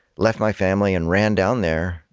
left my family and ran down there.